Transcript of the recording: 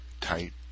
tight